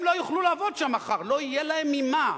הם לא יוכלו לעבוד שם מחר, לא יהיה להם ממה.